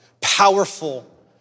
Powerful